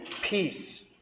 peace